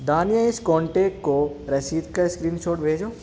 دانیہ اس کانٹیکٹ کو رسید کا اسکرین شاٹ بھیجو